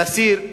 להסיר,